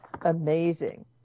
amazing